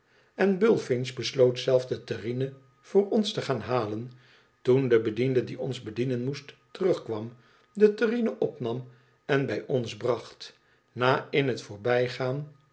en bullfinch besloot zelf de terrine voor ons te gaan halen toen de bediende die ons bedienen moest terugkwam de terrine opnam en bij ons bracht na in het voorbijgaan